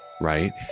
right